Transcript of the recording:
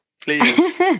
Please